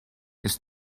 ist